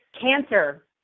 cancer